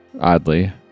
oddly